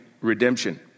redemption